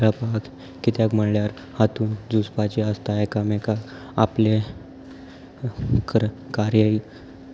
खेळपाक कित्याक म्हणळ्यार हातूंत झुजपाचें आसता एकामेकाक आपलें कार्य